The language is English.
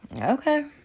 Okay